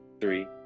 three